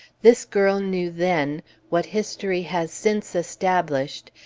this girl knew then what history has since established,